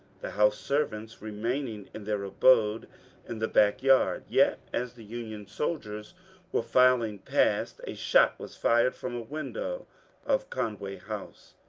the house servants remaining in their abode in the back yard. yet as the union soldiers were filing past a shot was fired from a window of conway house,